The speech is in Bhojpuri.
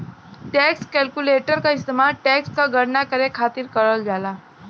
टैक्स कैलकुलेटर क इस्तेमाल टैक्स क गणना करे खातिर करल जाला